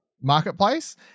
marketplace